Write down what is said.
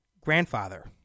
grandfather